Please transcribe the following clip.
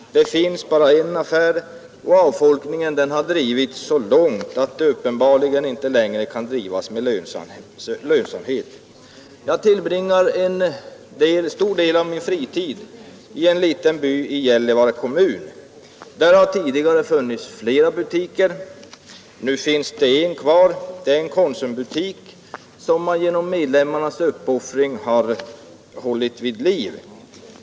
Det finns bara en affär, och avfolkningen har gått så långt att affären uppenbarligen inte längre kan drivas med lönsamhet. Jag tillbringar en stor del av min fritid i en liten by i Gällivare kommun. Där har tidigare funnits flera butiker. Nu finns det en kvar, en Konsumbutik som genom medlemmarnas uppoffring hållits vid liv.